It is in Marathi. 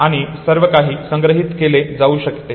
आणि सर्व काही संग्रहित केले जाऊ शकते